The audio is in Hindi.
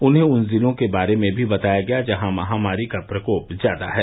उन्हें उन जिलों के बारे में भी बताया गया जहां महामारी का ज्यादा प्रकोप है